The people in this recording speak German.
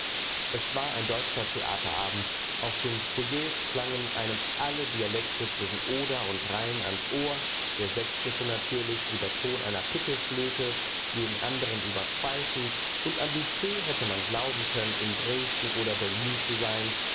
es war ein deutscher theaterabend auf den foyers klangen einem alle dialekte zwischen oder und rhein ans ohr der sächsische natürlich wie der ton einer pickelflöte jeden andren überpfeifend und am büffet hätte man glauben können in dresden oder berlin zu sein